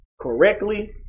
correctly